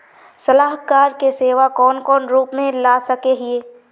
सलाहकार के सेवा कौन कौन रूप में ला सके हिये?